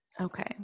Okay